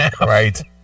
right